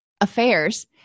affairs